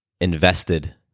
invested